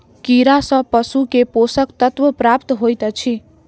कीड़ा सँ पशु के पोषक तत्व प्राप्त होइत अछि